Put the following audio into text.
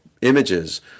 Images